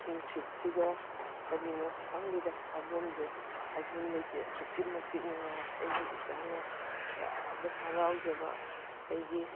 ꯅꯨꯡꯁꯤꯠꯁꯤꯒ ꯀꯔꯤꯅꯣ ꯈꯪꯗꯦꯗ ꯍꯥꯏꯐꯝꯁꯦ ꯍꯥꯏꯐꯝ ꯂꯩꯇꯦ ꯑꯁꯨꯛꯀꯤ ꯃꯇꯤꯛ ꯅꯨꯡꯉꯥꯏ ꯑꯩꯒꯤ ꯏꯆꯥꯅ ꯀꯌꯥꯗ ꯍꯔꯥꯎꯖꯕ ꯑꯩꯒꯤ